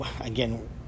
again